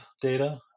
data